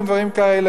עם דברים כאלה,